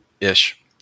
Ish